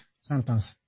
sentence